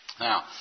Now